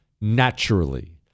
naturally